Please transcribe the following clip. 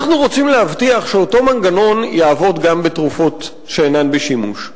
אנחנו רוצים להבטיח שאותו מנגנון יעבוד גם בתרופות שאינן בשימוש,